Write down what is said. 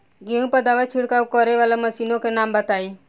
गेहूँ पर दवा छिड़काव करेवाला मशीनों के नाम बताई?